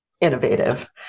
innovative